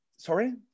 Sorry